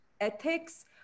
ethics